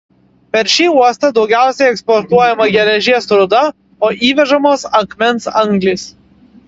per šį uostą daugiausiai eksportuojama geležies rūda o įvežamos akmens anglys